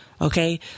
okay